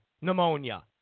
pneumonia